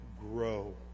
grow